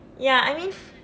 ya I mean